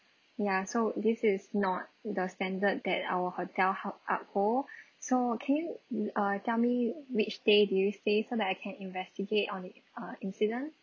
ya so this is not the standard that our hotel had uphold so can you um uh tell me which day do you stay so that I can investigate on it uh incident